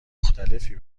مختلفی